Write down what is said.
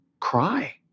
cry